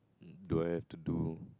do I have to do